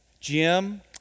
Jim